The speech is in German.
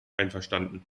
einverstanden